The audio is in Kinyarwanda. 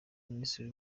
minisitiri